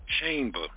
chamber